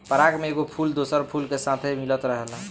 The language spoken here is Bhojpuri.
पराग में एगो फूल दोसरा फूल के साथे मिलत रहेला